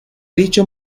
dicho